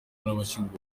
n’abashinzwe